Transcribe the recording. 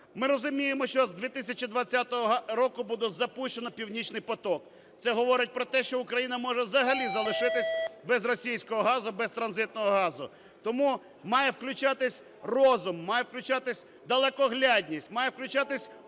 Ми розуміємо, що з 2020 року буде запущено "Північний потік". Це говорить про те, що Україна може взагалі залишитись без російського газу, без транзитного газу. Тому має включатись розум, має включатися далекоглядність, має включатися уряд,